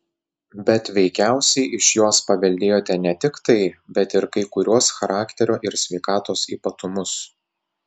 bet veikiausiai iš jos paveldėjote ne tik tai bet ir kai kuriuos charakterio ir sveikatos ypatumus